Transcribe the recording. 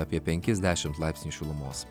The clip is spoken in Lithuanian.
apie penkis dešimt laipsnių šilumos